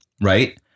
Right